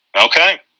Okay